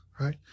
right